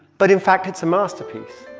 but in fact, it's a masterpiece.